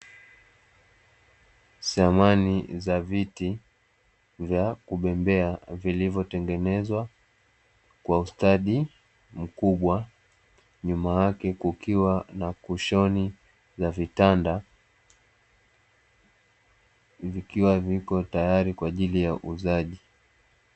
Samani za viti vya kubembea vilivyotengenezwa kwa ustadi, mkubwa nyuma yake kukiwa na kushoni za vitanda, vikiwa viko tayari kwa ajili ya uzaji.